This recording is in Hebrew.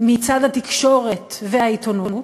מצד התקשורת והעיתונות,